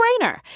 no-brainer